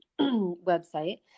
website